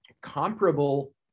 comparable